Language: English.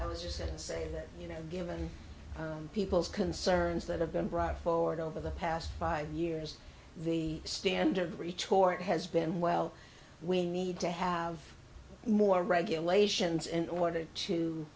i was just saying that you know given people's concerns that have been brought forward over the past five years the standard retort has been well we need to have more regulations in order to